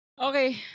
Okay